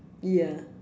yeah